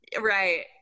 Right